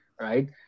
right